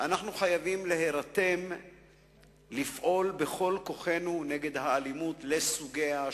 אנחנו חייבים להירתם ולפעול בכל כוחנו נגד האלימות לסוגיה השונים.